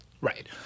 Right